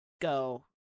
go